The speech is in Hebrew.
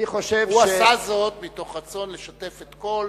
הוא עשה זאת מתוך רצון לשתף את כל